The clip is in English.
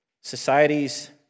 Societies